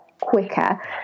quicker